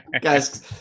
Guys